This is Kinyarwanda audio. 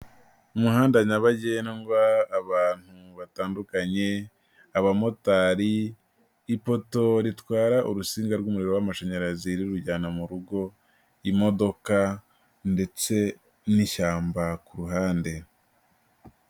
Umuhanda nyabagendwa, abantu batandukanye, abamotari, ipoto ritwara urutsinga rw'umuriro w'amashanyarazi rirujyana mu rugo, imodoka ndetse n'ishyamba ku ruhande.